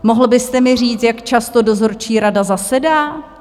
Mohl byste mi říct, jak často dozorčí rada zasedá?